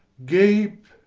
gape!